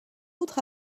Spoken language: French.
autre